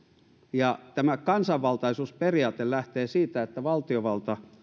ja tämä kansanvaltaisuusperiaate lähtee siitä että valtiovalta